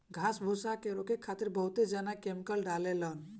घास फूस के रोके खातिर बहुत जना केमिकल डालें लन